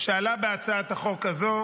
שעלה בהצעת החוק הזו